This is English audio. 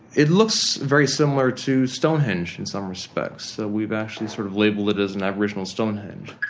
it looks very similar to stonehenge in some respects. we've actually sort of labelled it as an aboriginal stonehenge.